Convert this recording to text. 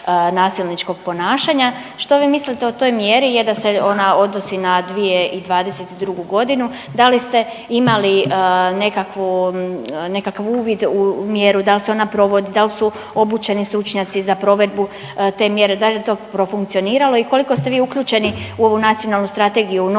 nasilničkog ponašanja. Što vi mislite o toj mjeri jer da se ona odnosi na 2022. g., da li ste imali nekakvu, nekakav uvid u mjeru, da li se ona provodi, da li su obučeni stručnjaci za provedbu te mjere, da li je to profunkcioniralo i koliko ste vi uključeni u ovu nacionalnu strategiju novu,